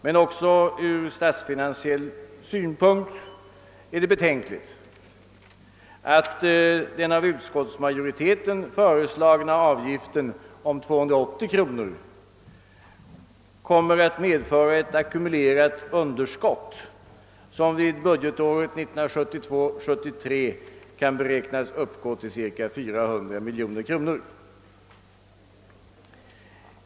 Men också ur statsfinansiell synpunkt är det betänkligt att den av utskottsmajoriteten föreslagna avgiften på 280 kronor kommer att medföra ett ackumulerat underskott, som vid budgetåret 1972/73 beräknas uppgå till cirka 400 miljoner kronor.